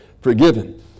Forgiven